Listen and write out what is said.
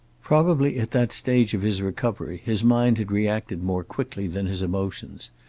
probably at that stage of his recovery his mind had reacted more quickly than his emotions.